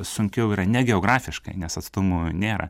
sunkiau yra ne geografiškai nes atstumų nėra